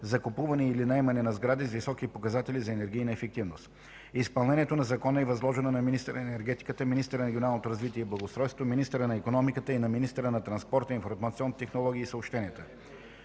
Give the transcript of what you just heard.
закупуване или наемане на сгради с високи показатели за енергийна ефективност. Изпълнението на закона е възложено на министъра на енергетиката, министъра на регионалното развитие и благоустройството, министъра на икономиката и на министъра на транспорта, информационните технологии и съобщенията.